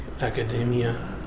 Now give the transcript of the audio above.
academia